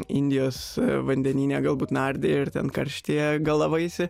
indijos vandenyne galbūt nardei ir ten karštyje galavaisi